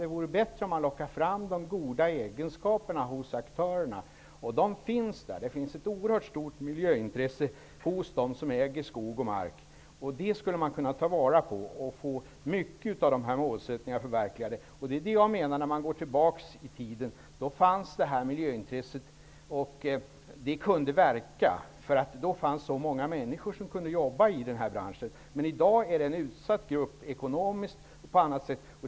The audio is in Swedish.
Det vore bättre om man lockade fram de goda egenskaper som finns hos aktörerna. Det finns ett oerhört stort miljöintresse hos dem som äger skog och mark. Det skulle man kunna ta vara på och få många av målsättningarna förverkligade. Förr i tiden fanns det ett miljöintresse som kunde få effekt, därför att det då fanns så många människor som kunde jobba i branschen. I dag är det en ekonomiskt och på andra sätt utsatt grupp.